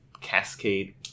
cascade